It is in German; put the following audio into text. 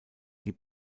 die